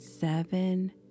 seven